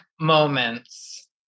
moments